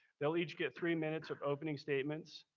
they'll each get three minutes of opening statements,